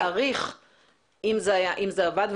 הם לא יודעים היום להעריך אם זה עבד,